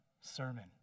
sermon